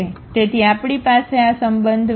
તેથી આપણી પાસે આ સંબંધ λx Ax છે